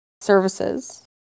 services